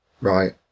Right